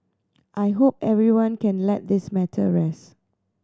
I hope everyone can let this matter rest